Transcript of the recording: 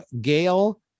Gail